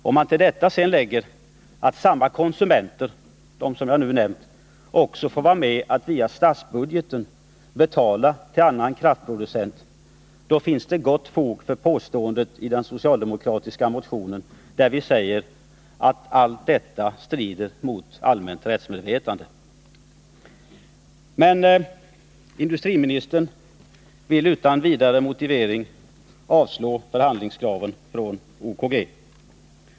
Om man till detta lägger att samma konsumenter, som jag nu nämnt, också får vara med om att via statsbudgeten betala till annan kraftproducent finns det gott fog för påståendet i den socialdemokratiska motionen, där vi säger att allt detta strider mot allmänt rättsmedvetande. Men industriministern vill utan vidare motivering avslå förhandlingskraven från OKG.